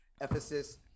Ephesus